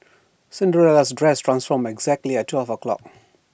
Cinderella's dress transformed exactly at twelve o' clock